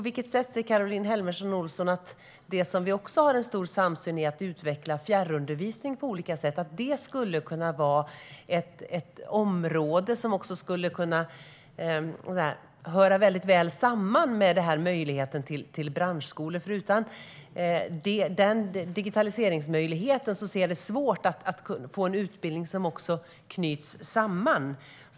Vi har en stor samsyn när det gäller att utveckla fjärrundervisning på olika sätt. Hur ser Caroline Helmersson Olsson på att detta område skulle kunna höra väl samman med möjligheten till branschskolor? Utan digitaliseringsmöjlighet är det svårt att få en utbildning som knyts samman.